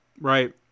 right